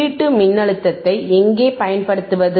உள்ளீட்டு மின்னழுத்தத்தை எங்கே பயன்படுத்துவது